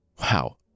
Wow